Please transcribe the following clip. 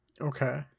Okay